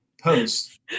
post